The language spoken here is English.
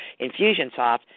Infusionsoft